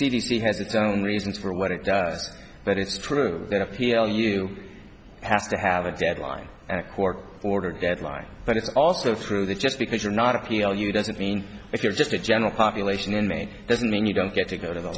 c has its own reasons for what it does but it's true that a p l u has to have a deadline and a court order deadline but it's also true that just because you're not appeal you doesn't mean if you're just a general population in maine doesn't mean you don't get to go to the